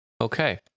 okay